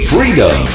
Freedom